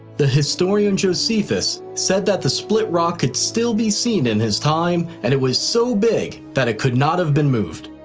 the historian josephus said that the split rock could still be seen in his time and it was so big that it could not have been moved.